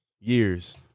years